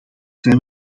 zijn